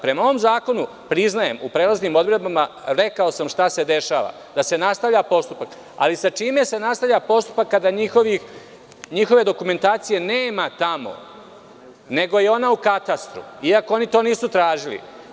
Prema ovom zakonu, priznajem, u prelaznim odredbama rekao sam šta se dešava, da se nastavlja postupak, ali sa čime se nastavlja postupak kada njihove dokumentacije nema tamo nego je ona u katastru iako oni to nisu tražili.